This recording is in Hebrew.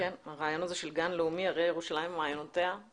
הרעיון הזה של גן לאומי, נשמע טוב.